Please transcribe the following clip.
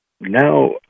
Now